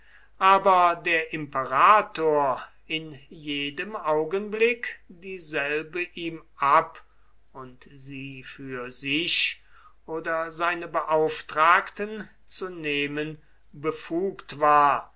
aber der imperator in jedem augenblick dieselbe ihm ab und sie für sich oder seine beauftragten zu nehmen befugt war